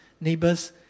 neighbors